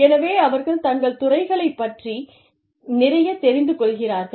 எனவே அவர்கள் தங்கள் துறைகளைப் பற்றி நிறையத் தெரிந்து கொள்கிறார்கள்